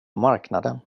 marknaden